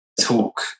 talk